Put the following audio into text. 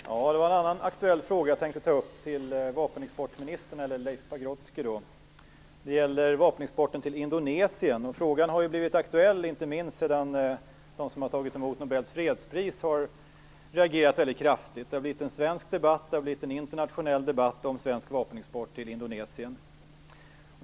Fru talman! Jag tänkte ta upp en annan aktuell fråga och rikta den till vapenexportministern Leif Pagrotsky. Det gäller vapenexporten till Indonesien. Frågan har blivit aktuell inte minst sedan årets mottagare av Nobels fredspris reagerat väldigt kraftigt. Det har uppstått både en svensk och en internationell debatt om svensk vapenexport till Indonesien.